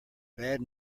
bad